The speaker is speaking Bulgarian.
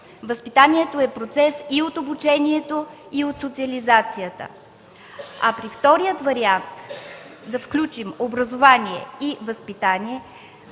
образованието, е процес и от обучението, и от социализацията, а при втория вариант да включим „образование и възпитание”.